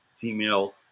female